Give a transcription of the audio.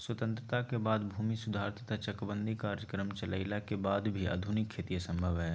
स्वतंत्रता के बाद भूमि सुधार तथा चकबंदी कार्यक्रम चलइला के वाद भी आधुनिक खेती असंभव हई